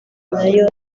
nayo